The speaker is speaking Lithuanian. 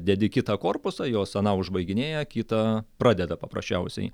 dedi kitą korpusą jos aną užbaiginėja kitą pradeda paprasčiausiai